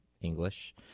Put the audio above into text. English